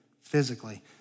physically